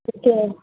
okay